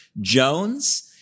Jones